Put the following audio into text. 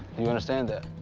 do you understand that?